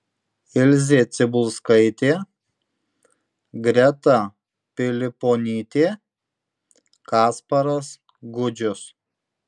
ilzė cibulskaitė greta piliponytė kasparas gudžius